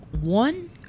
one